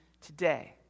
today